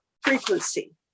frequency